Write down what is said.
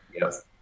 Yes